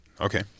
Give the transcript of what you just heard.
okay